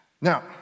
Now